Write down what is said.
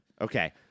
Okay